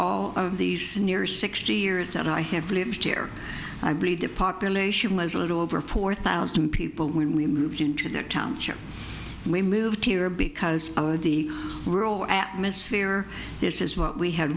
all these near sixty years that i have lived here i believe the population was a little over four thousand people when we moved into their township we moved here because of the rural atmosphere this is what we had